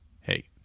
Hey